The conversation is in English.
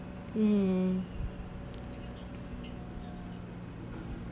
mm